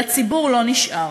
לציבור לא נשאר.